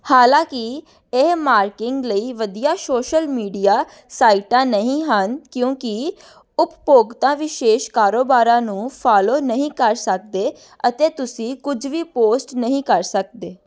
ਹਾਲਾਂਕਿ ਇਹ ਮਾਰਕਿੰਗ ਲਈ ਵਧੀਆ ਸੋਸ਼ਲ ਮੀਡੀਆ ਸਾਈਟਾਂ ਨਹੀਂ ਹਨ ਕਿਉਂਕਿ ਉਪਭੋਗਤਾ ਵਿਸ਼ੇਸ਼ ਕਾਰੋਬਾਰਾਂ ਨੂੰ ਫਾਲੋ ਨਹੀਂ ਕਰ ਸਕਦੇ ਅਤੇ ਤੁਸੀਂ ਕੁਝ ਵੀ ਪੋਸਟ ਨਹੀਂ ਕਰ ਸਕਦੇ